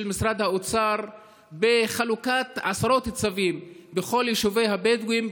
משרד האוצר בחלוקת עשרות צווים בכל יישובי הבדואים.